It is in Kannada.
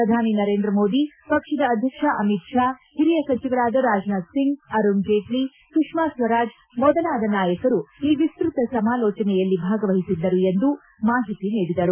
ಪ್ರಧಾನಿ ನರೇಂದ್ರ ಮೋದಿ ಪಕ್ಷದ ಅಧ್ಯಕ್ಷ ಅಮಿತ್ ಶಾ ಹಿರಿಯ ಸಚಿವರಾದ ರಾಜನಾಥ್ ಸಿಂಗ್ ಅರುಣ್ ಜೇಟ್ಲಿ ಸುಷ್ಮಾ ಸ್ವರಾಜ್ ಮೊದಲಾದ ನಾಯಕರು ಈ ವಿಸ್ತತ ಸಮಾಲೋಚನೆಯಲ್ಲಿ ಭಾಗವಹಿಸಿದ್ದರು ಎಂದು ಅವರು ಮಾಹಿತಿ ನೀಡಿದರು